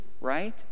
right